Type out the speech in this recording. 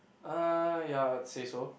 uh ya I would say so